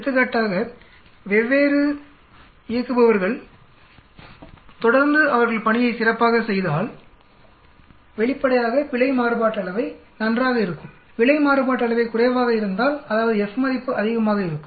எடுத்துக்காட்டாக வெவ்வேறு இயக்குபவர்கள் தொடர்ந்து அவர்கள் பணியை சிறப்பாக செய்தால் வெளிப்படையாக பிழை மாறுபாட்டு அளவை நன்றாக இருக்கும் பிழை மாறுபாட்டு அளவை குறைவாக இருந்தால் அதாவது F மதிப்பு அதிகமாக இருக்கும்